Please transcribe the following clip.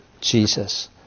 Jesus